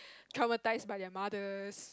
traumatize by your mothers